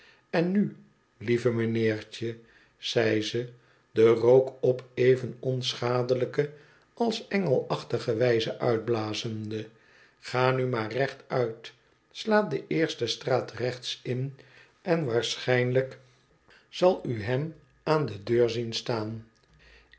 en nu lieve meneertje zei ze den rook op even onschadelijke als engelachtige wijze uitblazende ga nu maar rechtuit sla de eerste straat rechts in en waarschijnlijk zal u hem aan de deur zien staan